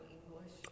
English